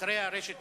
אחרי הרשת